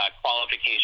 qualification